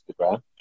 Instagram